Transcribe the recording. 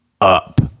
up